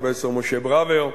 פרופסור משה ברוֵר,